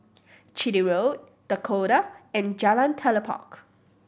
Chitty Road Dakota and Jalan Telipok